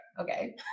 Okay